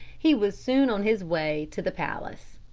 he was soon on his way to the palace.